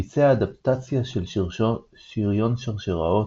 ביצע אדפטציה של "שריון שרשראות"